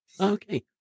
Okay